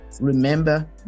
remember